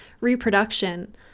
reproduction